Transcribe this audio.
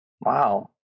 Wow